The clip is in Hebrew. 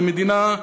זו מדינה,